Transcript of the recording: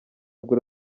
rwe